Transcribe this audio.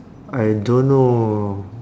I don't know